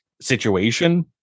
situation